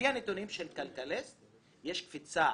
לפי הנתונים של כלכליסט יש קפיצה